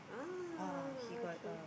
ah okay